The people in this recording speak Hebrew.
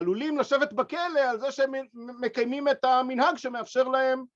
‫עלולים לשבת בכלא, על זה שהם ‫מקיימים את המנהג שמאפשר להם...